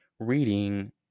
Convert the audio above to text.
reading